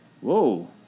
whoa